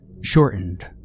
shortened